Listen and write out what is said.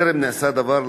טרם נעשה דבר,